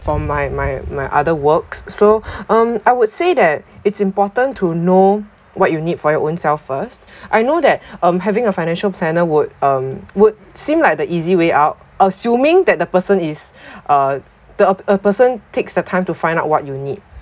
for my my my other works so um I would say that it's important to know what you need for your own self first I know that um having a financial planner would um would seem like the easy way out assuming that the person is uh the a person takes the time to find out what you need